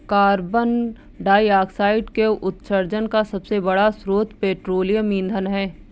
carbon dioxide के उत्सर्जन का सबसे बड़ा स्रोत पेट्रोलियम ईंधन है